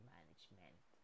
Management